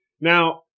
Now